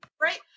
Right